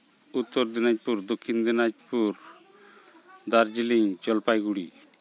Uttar Dinajpur Dakshin Dinajpur Darjeeling Jalpaiguri